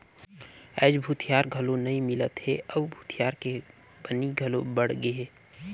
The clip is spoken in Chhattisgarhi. आयज भूथिहार घलो नइ मिलत हे अउ भूथिहार के बनी घलो बड़ गेहे